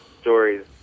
stories